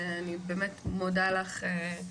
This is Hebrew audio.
ואני באמת מודה לך.